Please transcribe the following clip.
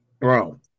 Bro